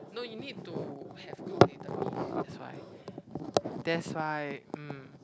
no you need to have calculated mean that's why that's why um